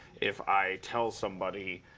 if i tell somebody,